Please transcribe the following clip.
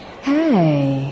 Hey